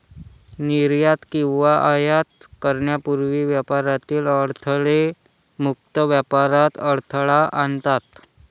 निर्यात किंवा आयात करण्यापूर्वी व्यापारातील अडथळे मुक्त व्यापारात अडथळा आणतात